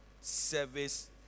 service